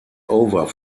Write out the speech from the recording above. over